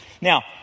Now